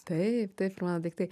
taip taip ir mano daiktai